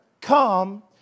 come